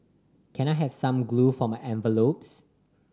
can I have some glue for my envelopes